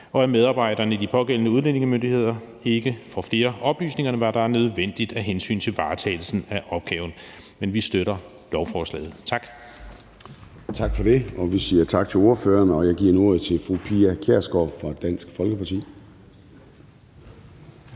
og så medarbejderne i de pågældende udlændingemyndigheder ikke får flere oplysninger, end hvad der er nødvendigt af hensyn til varetagelsen af opgaven. Men vi støtter lovforslaget. Tak. Kl. 17:19 Formanden (Søren Gade): Tak for det. Vi siger tak til ordføreren, og jeg giver nu ordet til fru Pia Kjærsgaard fra Dansk Folkeparti.